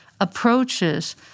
approaches